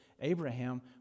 Abraham